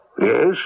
Yes